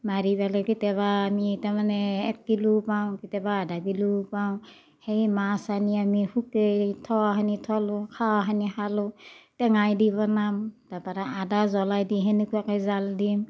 মাৰি পেলে কেতিয়াবা আমি তাৰমানে এক কিলো পাওঁ কেতিয়াবা আধা কিলো পাওঁ সেই মাছ আনি আমি শুকাই থোৱাখিনি থলোঁ খোৱাখিনি খালোঁ টেঙাইদি বনাম তাৰপৰা আদা জ্বলাই দি তেনেকুৱাকে জাল দিম